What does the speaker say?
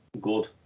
good